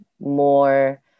more